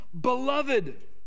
beloved